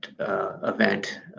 Event